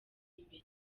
imbere